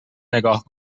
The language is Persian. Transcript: نگاه